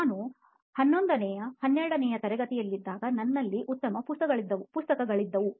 ನಾನು 11 ನೇ 12 ನೇ ತರಗತಿಯಲ್ಲಿದ್ದಾಗ ನನ್ನಲ್ಲಿ ಉತ್ತಮ ಪುಸ್ತಕಗಳಿದ್ದವು